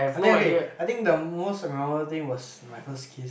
I think okay I think the most memorable thing was my first kiss